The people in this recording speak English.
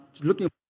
looking